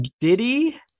Diddy